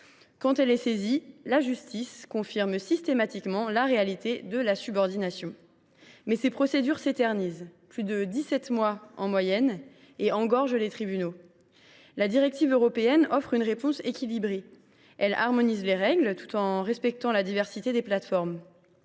quand elle est saisie, confirme systématiquement la réalité de la subordination. Cependant, ces procédures s’éternisent – plus de 17 mois en moyenne !–, et engorgent les tribunaux. La directive européenne offre une réponse équilibrée. Elle harmonise les règles, tout en respectant la diversité des plateformes.